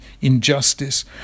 injustice